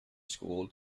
school